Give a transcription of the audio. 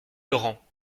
laurent